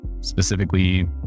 specifically